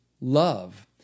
love